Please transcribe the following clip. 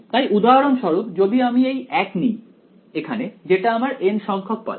তাই উদাহরণস্বরূপ যদি আমি এই 1 নিই এখানে যেটা আমার n সংখ্যক পালস